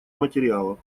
материала